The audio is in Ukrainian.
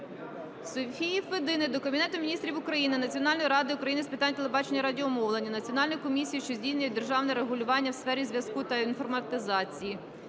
Софії Федини до Кабінету Міністрів України, Національної ради України з питань телебачення і радіомовлення, Національної комісії, що здійснює державне регулювання у сфері зв'язку та інформатизації,